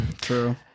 true